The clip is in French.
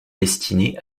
destiné